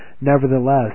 Nevertheless